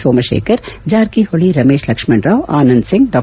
ಸೋಮಶೇಖರ್ ಜಾರಕಿಹೊಳಿ ರಮೇಶ್ ಲಕ್ಷಣ್ ರಾವ್ ಆನಂದ್ ಸಿಂಗ್ ಡಾ